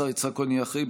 השר יצחק כהן יהיה אחראי,